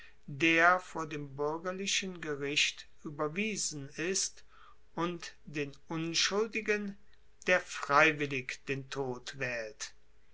der vor dem buergerlichen gericht ueberwiesen ist und den unschuldigen der freiwillig den tod waehlt